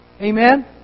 Amen